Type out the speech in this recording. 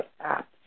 app